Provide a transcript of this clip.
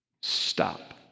Stop